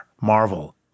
Marvel